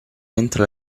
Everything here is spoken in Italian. entra